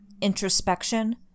introspection